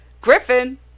Griffin